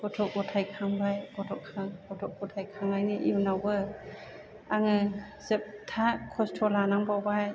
गथ' ग'थाय खांबाय गथ' खां गथ' ग'थाय खांनायनि उनावबो आङो जोबथा खस्थ' लानांबावबाय